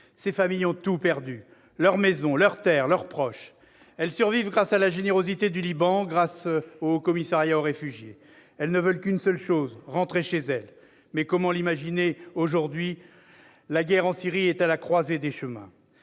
Ces familles ont tout perdu : leur maison, leur terre, leurs proches. Elles survivent grâce à la générosité du Liban, grâce au Haut-Commissariat pour les réfugiés. Elles ne veulent qu'une seule chose : rentrer chez elles. Mais comment imaginer un tel retour aujourd'hui ? La guerre en Syrie est à la croisée des chemins.